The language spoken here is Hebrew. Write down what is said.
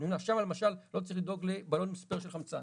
שם למשל לא צריכים לדאוג לבלונים ספייר של חמצן,